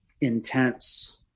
intense